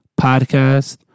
podcast